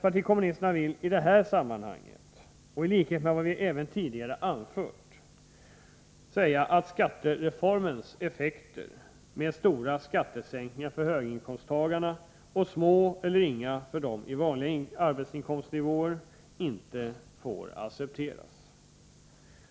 Vpk vill i detta läge säga, i likhet med vad vi även tidigare anfört, att skattereformens effekter, med stora skattesänkningar för höginkomsttagare och små eller inga för dem i vanliga arbetsinkomstsnivåer, inte kan accepteras.